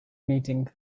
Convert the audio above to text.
meeting